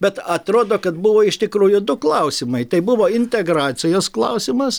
bet atrodo kad buvo iš tikrųjų du klausimai tai buvo integracijos klausimas